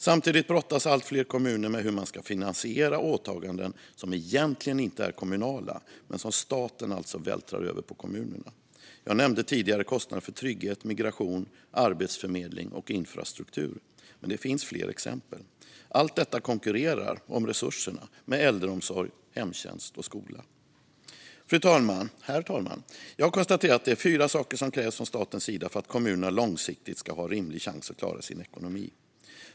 Samtidigt brottas allt fler kommuner med hur man ska finansiera åtaganden som egentligen inte är kommunala men som staten alltså vältrar över på kommunerna. Jag nämnde tidigare kostnader för trygghet, migration, arbetsförmedling och infrastruktur, men det finns fler exempel. Allt detta konkurrerar om resurserna med äldreomsorg, hemtjänst och skola. Herr talman! Jag konstaterar att det är fyra saker som krävs från statens sida för att kommunerna långsiktigt ska ha en rimlig chans att klara sin ekonomi.